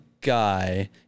guy